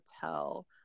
tell